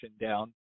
down